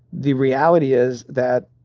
the reality is that,